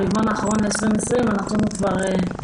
ברבעון האחרון של 2020 שיעור ההעסקה של נשים חרדיות היה כבר 79.8%,